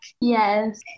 Yes